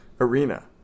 arena